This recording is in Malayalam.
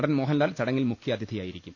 നടൻ മോഹൻലാൽ ചടങ്ങിൽ മുഖ്യാതിഥിയായിരിക്കും